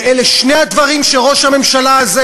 ואלה שני הדברים שראש הממשלה הזה,